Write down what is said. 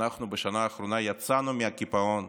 אנחנו בשנה האחרונה יצאנו מהקיפאון,